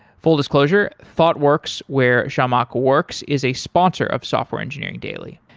full disclosure thoughtworks, where zhamak works is a sponsor of software engineering daily.